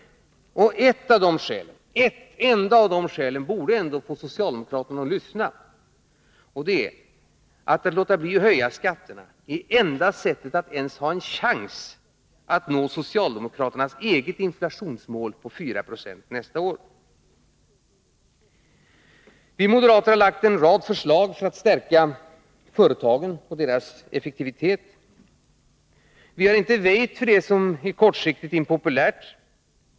Ett — ett enda — av de skälen borde få socialdemokraterna att lyssna: Att låta bli att höja skatterna är det enda sättet att ens ha någon chans att nå socialdemokraternas eget inflationsmål på 4 96 nästa år. Vi moderater har lagt fram en rad förslag för att stärka företagen och deras effektivitet. Vi har inte väjt för det som är kortsiktigt impopulärt.